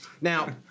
Now